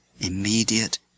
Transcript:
immediate